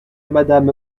madame